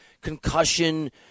concussion